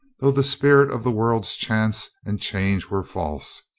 though the spirit of the world's chance and change were false.